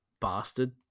bastard